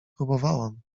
próbowałam